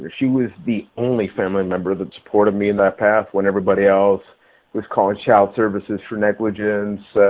ah she was the only family member that supported me in that path when everybody else was calling child services for negligence.